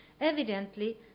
Evidently